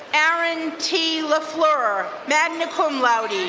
aaron t. lafleur, magna cum laude,